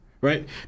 right